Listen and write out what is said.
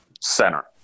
center